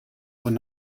were